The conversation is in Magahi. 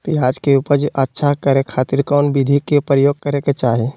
प्याज के उपज अच्छा करे खातिर कौन विधि के प्रयोग करे के चाही?